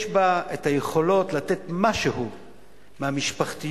יש בה יכולת לתת משהו מהמשפחתיות,